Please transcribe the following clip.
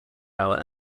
hour